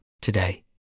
today